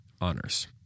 honors